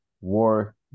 war